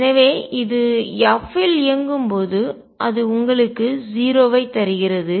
எனவே இது f இல் இயங்கும்போது அது உங்களுக்கு 0 ஐ தருகிறது